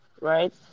right